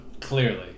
Clearly